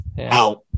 Out